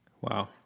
Wow